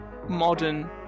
modern